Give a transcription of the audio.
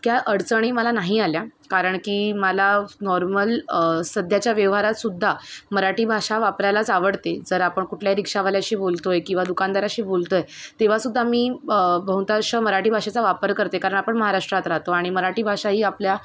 इतक्या अडचणी मला नाही आल्या कारण की मला नॉर्मल सध्याच्या व्यवहारातसुद्धा मराठी भाषा वापरायलाच आवडते जर आपण कुठल्याही रिक्षावाल्याशी बोलतो आहे किंवा दुकानदाराशी बोलतो आहे तेव्हासुद्धा मी बहुतांश मराठी भाषेचा वापर करते कारण आपण महाराष्ट्रात राहतो आणि मराठी भाषा ही आपल्या